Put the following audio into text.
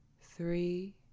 three